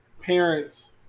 parents